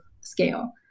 scale